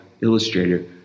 illustrator